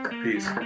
peace